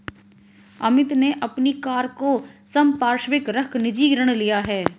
अमित ने अपनी कार को संपार्श्विक रख कर निजी ऋण लिया है